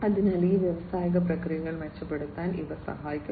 അതിനാൽ ഈ വ്യാവസായിക പ്രക്രിയകൾ മെച്ചപ്പെടുത്താൻ ഇവ സഹായിക്കും